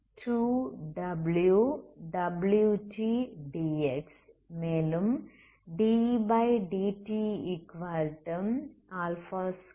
wt⏟dxB மேலும் dEdt2w